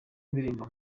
indirimbo